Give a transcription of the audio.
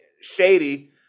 shady